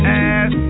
ass